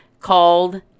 called